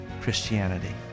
Christianity